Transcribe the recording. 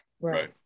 Right